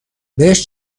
بهش